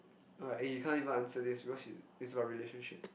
alright eh you can't even answer this because y~ it's about relationships